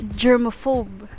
germaphobe